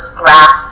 grass